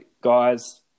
guys